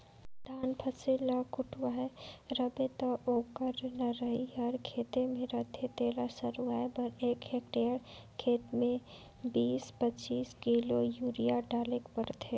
धान फसिल ल कटुवाए रहबे ता ओकर नरई हर खेते में रहथे तेला सरूवाए बर एक हेक्टेयर खेत में बीस पचीस किलो यूरिया डालेक परथे